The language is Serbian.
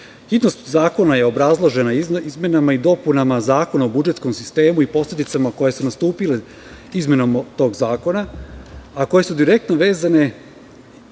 red. Hitnost zakona je obrazložena izmenama i dopunama Zakona o budžetskom sistemu i posledicama koje su nastupile izmenama tog zakona, a koje su direktno vezane